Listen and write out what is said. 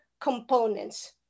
components